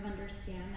understand